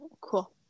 Cool